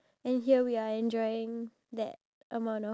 is that considered wrong